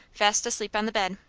fast asleep on the bed.